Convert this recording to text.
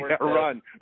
run